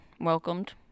welcomed